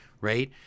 right